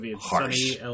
harsh